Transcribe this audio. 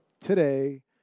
today